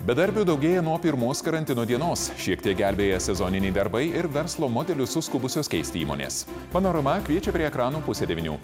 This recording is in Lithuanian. bedarbių daugėja nuo pirmos karantino dienos šiek tiek gelbėja sezoniniai darbai ir verslo modelius suskubusios keisti įmonės panorama kviečia prie ekranų pusę devynių